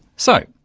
so,